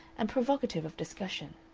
and provocative of discussion.